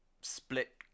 split